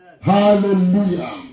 Hallelujah